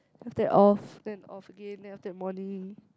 after that off then off again then after that morning